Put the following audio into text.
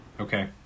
Okay